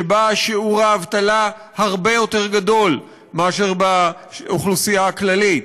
שבה שיעור האבטלה הרבה יותר גדול מאשר באוכלוסייה הכללית,